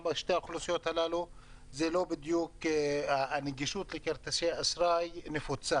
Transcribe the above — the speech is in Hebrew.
בשתי האוכלוסיות הללו הנגישות לכרטיסי אשראי לא בדיוק נפוצה,